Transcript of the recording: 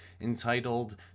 entitled